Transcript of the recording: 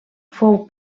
fou